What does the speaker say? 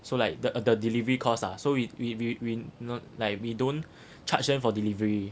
so like the the delivery costs ah so we we we you know like we don't charge them for delivery